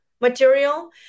material